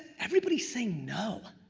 everybody's saying no.